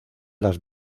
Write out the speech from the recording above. las